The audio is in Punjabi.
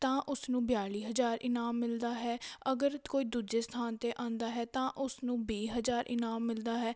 ਤਾਂ ਉਸਨੂੰ ਬਿਆਲੀ ਹਜ਼ਾਰ ਇਨਾਮ ਮਿਲਦਾ ਹੈ ਅਗਰ ਕੋਈ ਦੂਜੇ ਸਥਾਨ 'ਤੇ ਆਉਂਦਾ ਹੈ ਤਾਂ ਉਸਨੂੰ ਵੀਹ ਹਜ਼ਾਰ ਇਨਾਮ ਮਿਲਦਾ ਹੈ